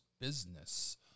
business